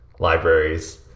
libraries